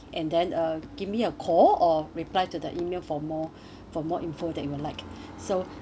and then uh give me a call or reply to the email for more for more info that you would like so